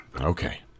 Okay